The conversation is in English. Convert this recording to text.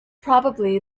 probably